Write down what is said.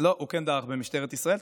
הוא כן דרך במשטרת ישראל.